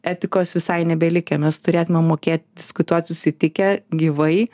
etikos visai nebelikę mes turėtumėm mokėt diskutuot susitikę gyvai